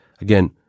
Again